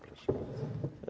Proszę bardzo.